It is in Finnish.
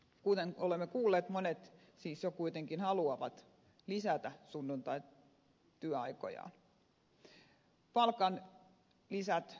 kuten olemme kuulleet monet siis jo kuitenkin haluavat lisätä sunnuntaityöaikojaan